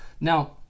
Now